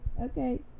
Okay